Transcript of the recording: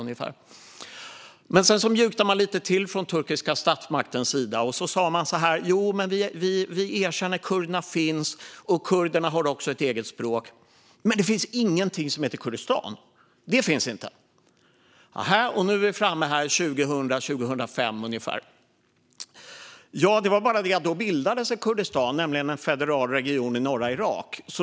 Sedan mjuknade man lite till från den turkiska statsmaktens sida och sa: Jo, men vi erkänner att kurderna finns, och kurderna har också ett eget språk - men det finns ingenting som heter Kurdistan. Nu är vi framme ungefär vid 2000-2005. Det var bara det att då bildades ett Kurdistan, nämligen en federal region i norra Irak.